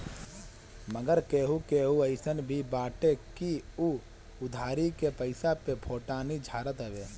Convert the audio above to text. मगर केहू केहू अइसन भी बाटे की उ उधारी के पईसा पे फोटानी झारत हवे